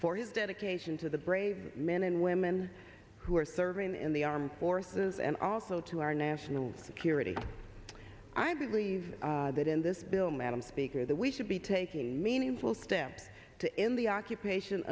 for his dedication to the brave men and women who are serving in the armed forces and also to our national security i believe that in this bill madam speaker that we should be taking meaningful steps to end the occupation